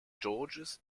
george’s